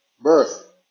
birth